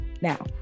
Now